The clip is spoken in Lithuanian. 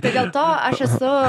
bet dėl to aš esu